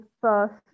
first